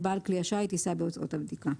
בעל כלי השיט יישא בהוצאות הבדיקה".